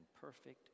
perfect